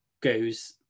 goes